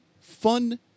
fun